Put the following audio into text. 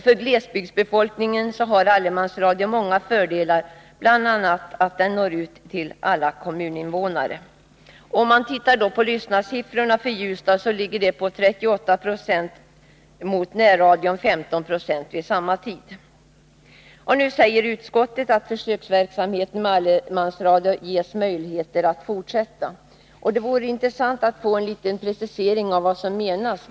För glesbygdsbefolkningen har allemansradion många fördelar, bl.a. att den når ut till alla kommuninvånare. Lyssnarsiffrorna för Ljusdal ligger på 38 20 mot närradions 15 96 vid samma tid. Nu säger utskottet ”att försöksverksamheten med allemansradion ges möjligheter att fortsätta”. Det vore intressant att få en liten precisering av vad som menas.